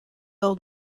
old